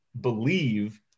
believe –